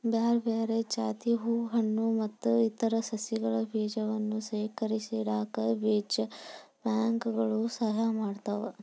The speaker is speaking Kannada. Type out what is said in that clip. ಬ್ಯಾರ್ಬ್ಯಾರೇ ಜಾತಿಯ ಹೂ ಹಣ್ಣು ಮತ್ತ್ ಇತರ ಸಸಿಗಳ ಬೇಜಗಳನ್ನ ಶೇಖರಿಸಿಇಡಾಕ ಬೇಜ ಬ್ಯಾಂಕ್ ಗಳು ಸಹಾಯ ಮಾಡ್ತಾವ